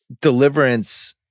Deliverance